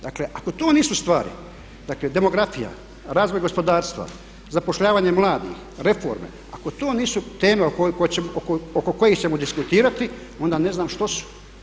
Dakle ako to nisu stvari, dakle demografija, razvoj gospodarstva, zapošljavanje mladih, reforme ako to nisu teme oko kojih ćemo diskutirati onda ne znam što su.